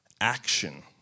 action